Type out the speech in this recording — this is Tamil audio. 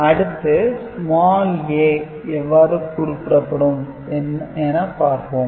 அடுத்து a எவ்வாறு குறிக்கப்படும் என பார்ப்போம்